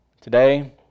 Today